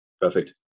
Perfect